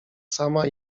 sama